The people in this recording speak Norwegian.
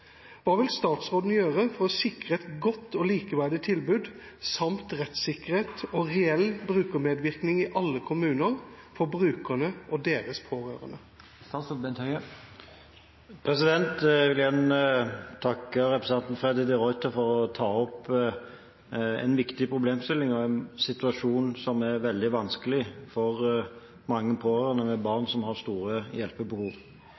Hva vil statsråden gjøre for å sikre et godt og likeverdig tilbud, samt rettssikkerhet og reell brukermedvirkning i alle kommuner for brukerne og deres pårørende?» Jeg vil igjen takke representanten Freddy de Ruiter for å ta opp en viktig problemstilling og en situasjon som er veldig vanskelig for mange pårørende med barn som har store hjelpebehov.